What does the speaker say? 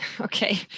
Okay